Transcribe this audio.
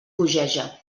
bogeja